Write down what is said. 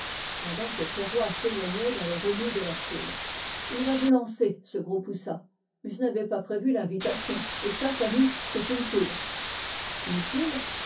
pendant que ferroy s'éloignait dans le remous de la foule il va vous lancer ce gros poussah mais je n'avais pas prévu l'invitation et ça fanny c'est une tuile une tuile